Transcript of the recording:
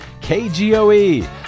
KGOE